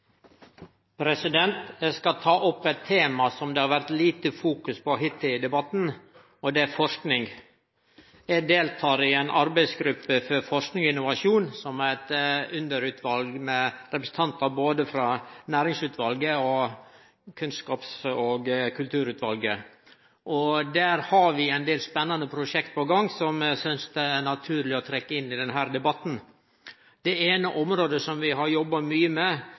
skal ta opp eit tema som det har vore fokusert lite på hittil i debatten, og det er forsking. Eg deltek i ei arbeidsgruppe for forsking og innovasjon, som er eit underutval med representantar frå både næringsutvalet og kunnskaps- og kulturutvalet. Der har vi ein del spennande prosjekt på gang som eg synest det er naturleg å trekkje inn i denne debatten. Det eine området som vi har jobba mykje med,